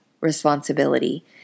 responsibility